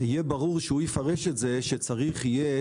יהיה ברור שהוא יפרש את זה שצריך יהיה